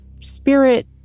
spirit